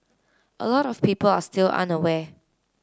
a lot of people are still unaware